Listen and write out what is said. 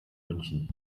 münchen